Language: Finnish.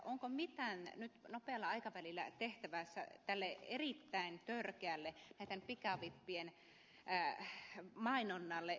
onko nyt nopealla aikavälillä mitään tehtävissä tälle erittäin törkeälle pikavippien mainonnalle